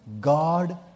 God